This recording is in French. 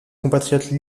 compatriote